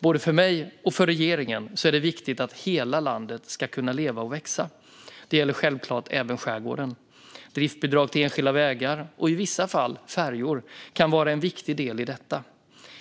Både för mig och för regeringen är det viktigt att hela landet ska kunna leva och växa. Det gäller självklart även skärgården. Driftsbidrag till enskilda vägar, och i vissa fall färjor, kan vara en viktig del i detta.